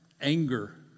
anger